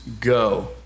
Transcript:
go